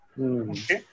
Okay